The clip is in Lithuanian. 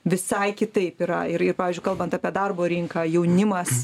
visai kitaip yra ir ir pavyzdžiui kalbant apie darbo rinką jaunimas